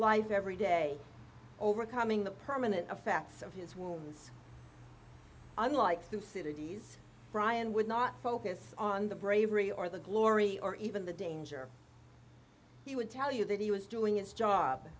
life every day overcoming the permanent affects of his wounds unlike the city's brian would not focus on the bravery or the glory or even the danger he would tell you that he was doing his job